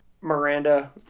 Miranda